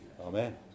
Amen